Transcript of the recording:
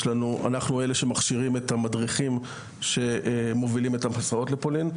אנחנו אלה שמכשירים את המדריכים שמובילים את המסעות לפולין.